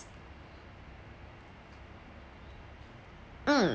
mm